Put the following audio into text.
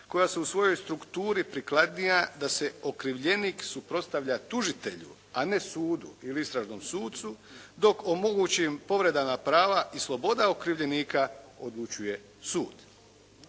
koja su u svojoj strukturi prikladnija da se okrivljenik suprotstavlja tužitelju, a ne sudu ili istražnom sucu, dok o mogućim povredama prava i sloboda okrivljenika odlučuje sud.